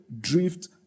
drift